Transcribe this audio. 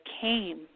came